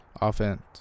offense